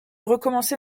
recommencer